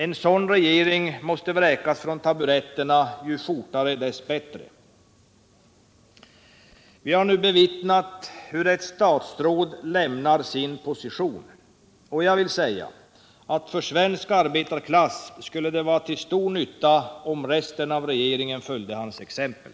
En sådan regering måste vräkas från taburetterna, ju fortare dess bättre. Vi har nu bevittnat hur ett statsråd lämnar sin position. För svensk arbetarklass skulle det vara till stor nytta om resten av regeringen följde hans exempel.